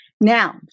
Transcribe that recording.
now